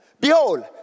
Behold